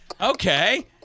Okay